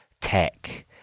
tech